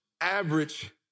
average